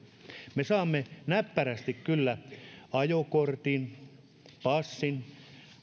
me saamme näppärästi kyllä ajokortin passin